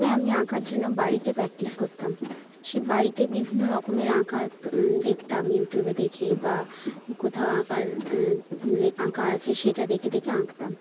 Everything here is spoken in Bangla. তবে আমি আঁকার জন্য বাড়িতে প্র্যাক্টিস করতাম সে বাড়িতে বিভিন্ন রকমের আঁকার দেখতাম ইউটিউবে দেখে বা কোথাও আঁকার লে আঁকা আছে সেটা দেখে দেখে আঁকতাম